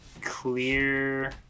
clear